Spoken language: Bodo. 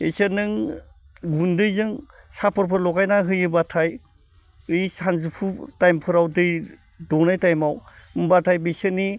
इसोर नों गुन्दैजों सापरफोर लगायना होयोब्लाथाय इ सानजौफु टाइमफोराव दै दौनाय टाइमाव होमब्लाथाय बिसोरनि